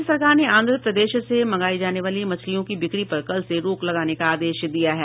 राज्य सरकार ने आंध्र प्रदेश से मंगाई जाने वाली मछलियों की बिक्री पर कल से रोक लगाने का आदेश दिया है